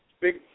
big